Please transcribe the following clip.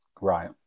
Right